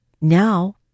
now